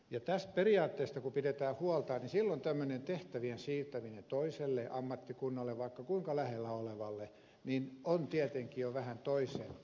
tästä periaatteesta kun pidetään huolta silloin tämmöinen tehtävien siirtäminen toiselle ammattikunnalle vaikka kuinka lähellä olevalle on tietenkin jo vähän toisenlainen asia